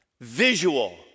Visual